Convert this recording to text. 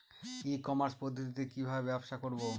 ই commerce পদ্ধতিতে কি ভাবে ব্যবসা করব?